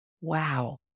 Wow